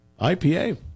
IPA